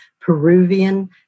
Peruvian